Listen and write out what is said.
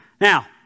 Now